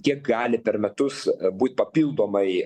kiek gali per metus būt papildomai